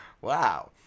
Wow